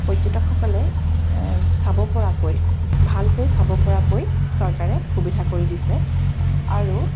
পৰ্যটকসকলে চাব পৰাকৈ ভালকৈ চাব পৰাকৈ চৰকাৰে সুবিধা কৰি দিছে আৰু